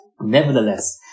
Nevertheless